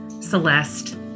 Celeste